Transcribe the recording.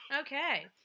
Okay